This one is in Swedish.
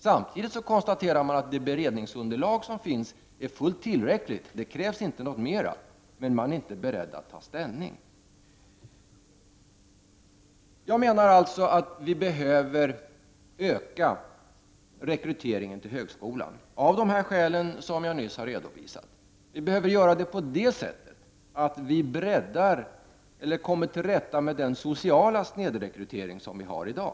Samtidigt konstaterar regeringen att det beredningsunderlag som finns är fullt tillräckligt, det krävs inte något mer. Men man är inte beredd att ta ställning. Jag menar att vi av de skäl jag nyss har redovisat behöver öka rekryteringen till högskolan. Vi behöver göra det på så sätt att vi kommer till rätta med den sociala snedrekrytering vi har i dag.